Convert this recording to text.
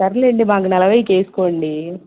సర్లేండి మాకు నలభైకి వేసుకోండి